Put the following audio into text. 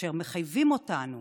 אשר מחייבים אותנו